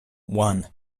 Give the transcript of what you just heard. one